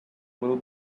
will